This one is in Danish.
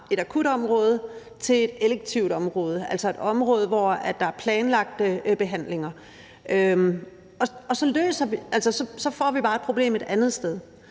fra et akutområde til et elektivt område, altså et område, hvor der er planlagte behandlinger. Så får vi bare et problem et andet sted.